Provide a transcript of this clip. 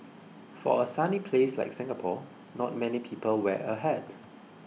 for a sunny place like Singapore not many people wear a hat